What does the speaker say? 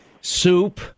soup